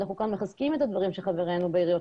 אנחנו כאן מחזקים את הדברים של חברינו בעיריות